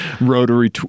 Rotary